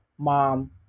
mom